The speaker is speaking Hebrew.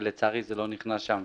אך לצערי זה לא נכנס שם.